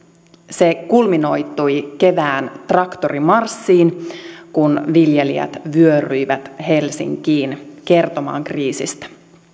se kulminoitui kevään traktorimarssiin kun viljelijät vyöryivät helsinkiin kertomaan kriisistä